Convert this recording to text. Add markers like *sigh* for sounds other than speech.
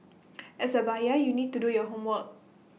*noise* as A buyer you need to do your homework